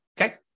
Okay